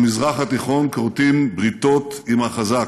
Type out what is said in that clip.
במזרח התיכון כורתים בריתות עם החזק,